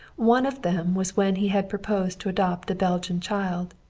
one of them was when he had proposed to adopt a belgian child,